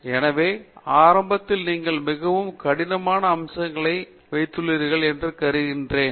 பேராசிரியர் ஸ்ரீகாந்த் வேதாந்தம் எனவே ஆரம்பத்தில் நீங்கள் மிகவும் கடினமான அம்சங்களை வைத்துள்ளீர்கள் என்று கருதுகிறேன்